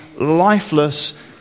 lifeless